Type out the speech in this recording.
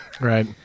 right